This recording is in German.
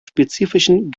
spezifischen